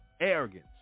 arrogance